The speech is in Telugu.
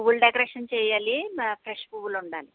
పువ్వుల డెకరేషన్ చేయాలి బా ఫ్రెష్ పువ్వులు ఉండాలి